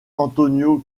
antonio